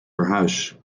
verhuis